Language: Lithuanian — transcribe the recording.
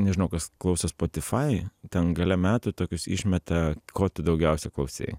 nežinau kas klauso spotify ten gale metų tokius išmeta ko tu daugiausia klausei